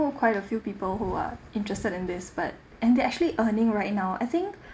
quite a few people who are interested in this but and they're actually earning right now I think